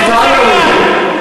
ואת העלאווים.